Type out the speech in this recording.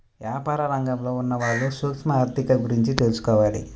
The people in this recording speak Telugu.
యాపార రంగంలో ఉన్నవాళ్ళు సూక్ష్మ ఆర్ధిక గురించి తెలుసుకోవాలి